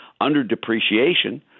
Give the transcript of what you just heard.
under-depreciation